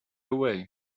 away